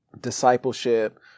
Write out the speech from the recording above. discipleship